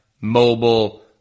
mobile